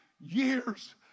years